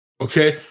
okay